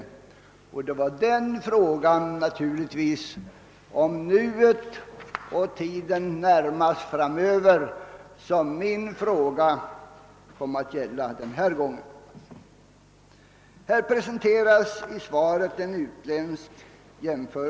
Statsministern sade att vi »i nuet« måste vidtaga åtgärder härvidlag, och det är naturligtvis nuet och tiden närmast framöver som min fråga gäller denna gång. I svaret presenteras en jämförelse med vissa andra länder.